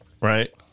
Right